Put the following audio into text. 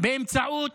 באמצעות